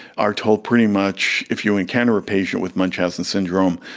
are told pretty much if you encounter a patient with munchausen syndrome,